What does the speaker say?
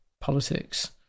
politics